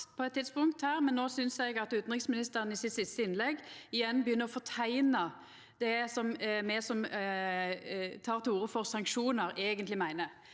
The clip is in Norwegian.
nå synest eg at utanriksministeren i sitt siste innlegg igjen begynner å forteikna det me som tek til orde for sanksjonar, eigentleg meiner.